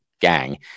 gang